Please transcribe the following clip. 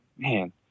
man